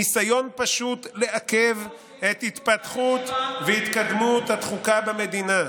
ניסיון פשוט לעכב את התפתחות והתקדמות התחוקה במדינה".